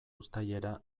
uztailera